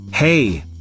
Hey